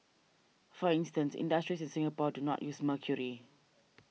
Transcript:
for instance industries in Singapore do not use mercury